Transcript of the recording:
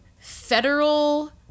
federal